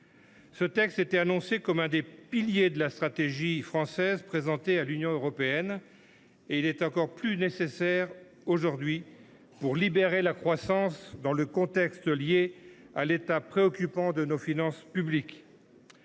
Ce texte a été annoncé comme l’un des piliers de la stratégie française présentée à l’Union européenne. Il est encore plus nécessaire aujourd’hui pour libérer la croissance, dans une période marquée par l’état préoccupant de nos finances publiques.